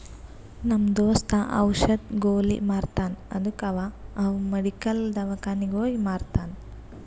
ನಮ್ ದೋಸ್ತ ಔಷದ್, ಗೊಲಿ ಮಾರ್ತಾನ್ ಅದ್ದುಕ ಅವಾ ಅವ್ ಮೆಡಿಕಲ್, ದವ್ಕಾನಿಗ್ ಹೋಗಿ ಮಾರ್ತಾನ್